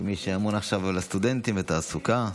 כמי שאמון עכשיו על הסטודנטים ועל התעסוקה,